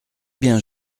bien